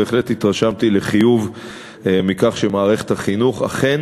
בהחלט התרשמתי לחיוב מכך שמערכת החינוך אכן